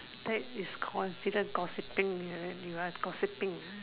that is considered gossiping you you are gossiping uh